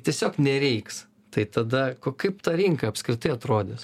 tiesiog nereiks tai tada o kaip ta rinka apskritai atrodys